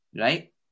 right